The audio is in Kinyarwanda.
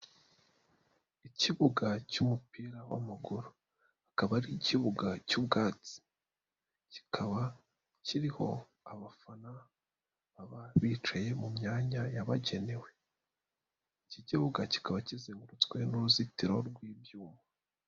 Ikibuga cy'umupira w'amaguru, kikaba ari ikibuga cy'ubwatsi, kikaba kiriho abafana baba bicaye mu myanya yabagenewe. Iki kibuga kikaba kizengurutswe n'uruzitiro rw'ibyuma.